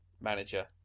manager